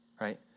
right